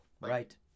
Right